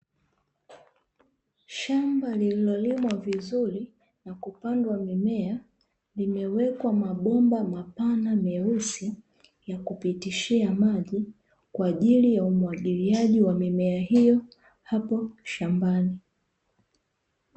Shamba lililolimwa vizuri na kupandwa mimea, limewekwa mabomba mapana meusi ya kupitishia maji kwa ajili ya umwagiliaji wa mimea hiyo hapo shambani.